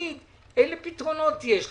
שתגיד אילו פתרונות יש לך,